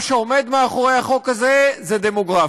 מה שעומד מאחורי החוק הזה זה דמוגרפיה.